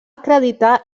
acreditar